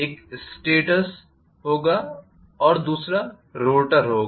एक स्टेटर होगा और दूसरा रोटर होगा